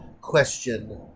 question